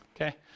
Okay